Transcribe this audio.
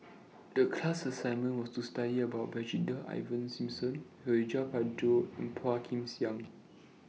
The class assignment was to study about Brigadier Ivan Simson Suradi Parjo and Phua Kin Siang